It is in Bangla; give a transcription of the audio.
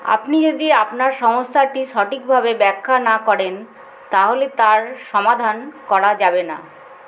আপনি যদি আপনার সমস্যাটি সঠিকভাবে ব্যাখ্যা না করেন তাহলে তার সমাধান করা যাবে না